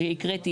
שהקראתי,